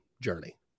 journey